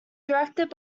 directed